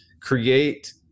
create